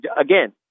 again